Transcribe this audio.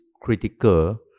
critical